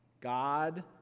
God